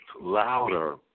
louder